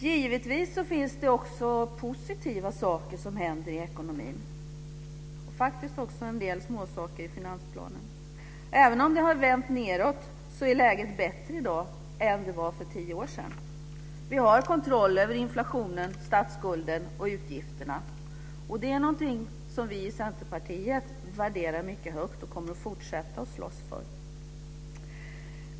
Givetvis finns det också positiva saker som händer i ekonomin. Det finns faktiskt också en del positiva småsaker i finansplanen. Även om det har vänt nedåt, är läget bättre i dag än det var för tio år sedan. Vi har kontroll över inflationen, statsskulden och utgifterna. Det är någonting som vi i Centerpartiet värderar mycket högt och kommer att fortsätta att slåss för.